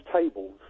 tables